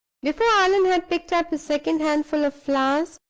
before allan had picked up his second handful of flowers,